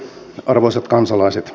arvoisat kansalaiset